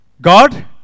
God